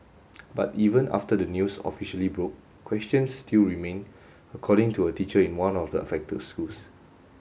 but even after the news officially broke questions still remain according to a teacher in one of the affected schools